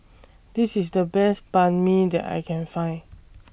This IS The Best Banh MI that I Can Find